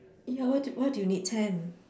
why why do you need ten